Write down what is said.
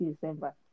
December